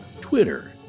Twitter